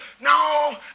no